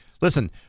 listen